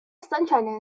sunshine